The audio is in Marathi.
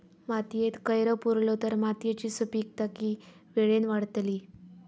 मातयेत कैर पुरलो तर मातयेची सुपीकता की वेळेन वाडतली?